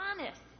honest